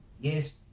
yes